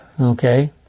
Okay